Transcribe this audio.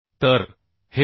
तर हे 92